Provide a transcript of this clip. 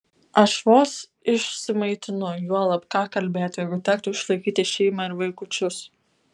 aš vos išsimaitinu juolab ką kalbėti jeigu tektų išlaikyti šeimą ir vaikučius